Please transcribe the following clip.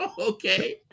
Okay